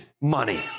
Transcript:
money